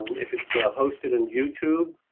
if it's hosted in youtube